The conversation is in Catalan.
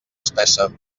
espessa